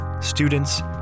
students